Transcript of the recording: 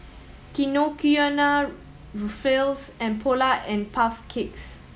Kinokuniya Ruffles and Polar and Puff Cakes